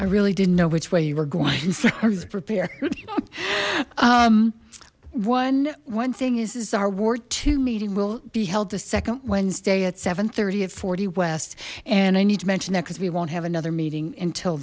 i really didn't know which way you were going so one one thing is is our war two meeting will be held the second wednesday at seven thirty of forty west and i need to mention that because we won't have another meeting until